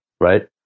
Right